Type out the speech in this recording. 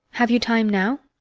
have you time now?